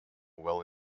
well